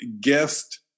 guest